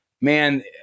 man